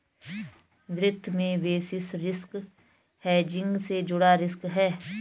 वित्त में basis risk hedging से जुड़ा रिस्क है